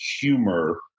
humor